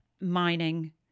mining